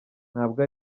ntabwo